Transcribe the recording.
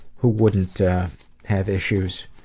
who wouldn't have issues?